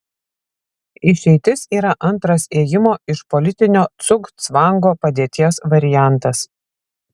išeitis yra antras ėjimo iš politinio cugcvango padėties variantas